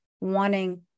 wanting